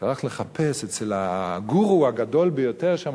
הוא הלך לחפש אצל הגורו הגדול ביותר שם,